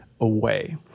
away